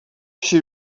she